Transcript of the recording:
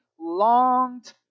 longed